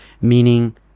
meaning